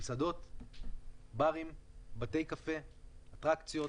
למשל, מסעדות, בארים, בתי קפה, אטרקציות,